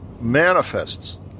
manifests